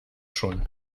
schon